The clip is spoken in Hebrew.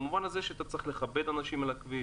במובן הזה שאתה צריך לכבד אנשים על הכביש,